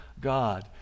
God